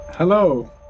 Hello